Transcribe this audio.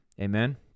Amen